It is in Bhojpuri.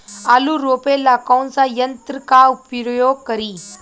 आलू रोपे ला कौन सा यंत्र का प्रयोग करी?